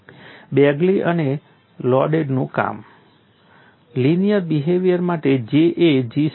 બેગલી અને લાંડેનું કામ લિનિયર બિહેવીઅર માટે J એ G સમાન છે